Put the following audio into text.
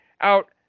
out